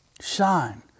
Shine